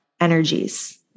energies